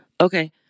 Okay